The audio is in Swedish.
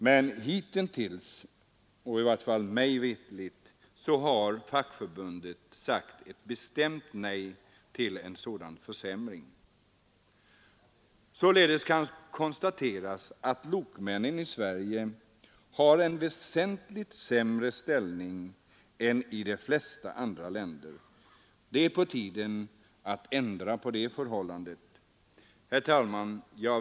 Men hittills och i varje fall mig veterligen har fackförbundet sagt ett bestämt nej till en sådan försämring. Det kan således konstateras att lokmännen i Sverige i detta avseende har en väsentligt sämre ställning än lokmännen i de flesta andra länder. Det är på tiden att ändra på det förhållandet. Herr talman!